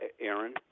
Aaron